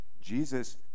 Jesus